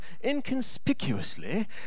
inconspicuously